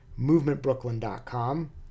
movementbrooklyn.com